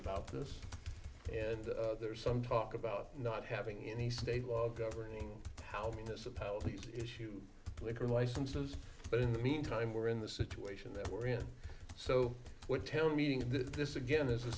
about this and there's some talk about not having any state law governing how can this appellate issue liquor licenses but in the meantime we're in the situation that we're in so what town meeting this again this